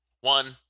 one